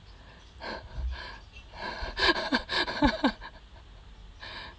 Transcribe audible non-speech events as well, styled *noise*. *laughs*